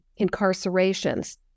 incarcerations